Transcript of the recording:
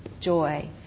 joy